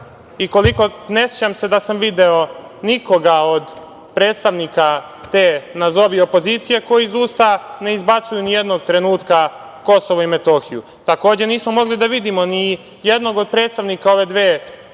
i ne sećam se da sam video nikoga od predstavnika te nazovi opozicije koji iz usta ne izbacuju ni jednog trenutka KiM. Takođe, nismo mogli da vidimo ni jednog od predstavnika ove dve tajkunske